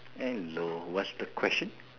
hello what's the question